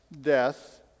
death